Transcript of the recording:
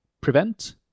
prevent